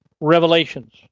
revelations